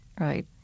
right